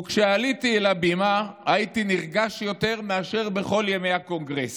וכשעליתי אל הבימה הייתי נרגש יותר מאשר בכל ימי הקונגרס.